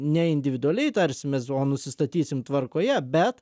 ne individualiai tarsimės o nusistatysim tvarkoje bet